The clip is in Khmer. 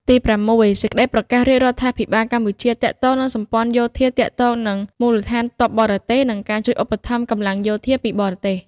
ទីប្រាំមួយ សេចក្តីប្រកាសរាជរដ្ឋាភិបាលកម្ពុជា ទាក់ទងនឹងសម្ព័ន្ធភាពយោធា ទាក់ទងទៅនឹង មូលដ្ឋានទ័ពបរទេស និងការជួយឧបត្ថម្ភកម្លាំងយោធាពីបរទេស។